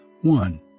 one